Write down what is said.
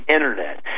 Internet